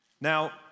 Now